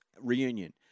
reunion